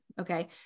Okay